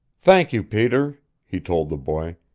thank you, peter, he told the boy.